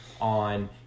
on